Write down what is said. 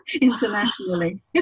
internationally